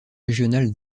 régional